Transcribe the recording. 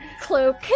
cloak